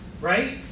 right